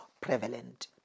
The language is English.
prevalent